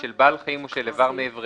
של בעל חיים או של אבר מאבריהם,